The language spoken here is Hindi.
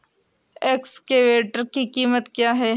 एक्सकेवेटर की कीमत क्या है?